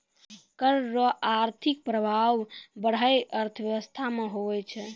कर रो आर्थिक प्रभाब पढ़ाय अर्थशास्त्र मे हुवै छै